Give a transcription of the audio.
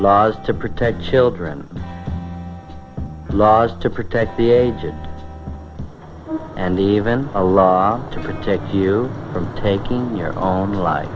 laws to protect children laws to protect the aged and even a law to protect you from taking your own life